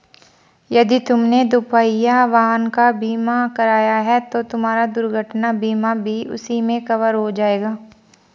यदि तुमने दुपहिया वाहन का बीमा कराया है तो तुम्हारा दुर्घटना बीमा भी उसी में कवर हो जाएगा